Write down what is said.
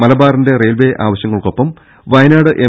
മലബാറിന്റെ റയിൽവേ ആവശ്യങ്ങൾക്കൊപ്പം വയനാട് എം